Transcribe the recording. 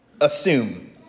assume